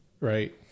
right